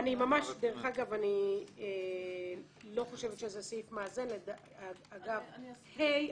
אני לא חושבת שזה סעיף מאזן